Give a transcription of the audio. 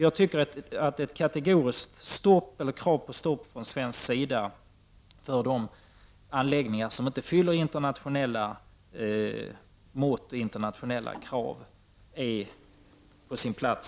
Jag tycker att ett kategoriskt krav från svensk sida om stopp för de anläggningar som inte uppfyller internationella krav är på sin plats.